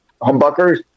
humbuckers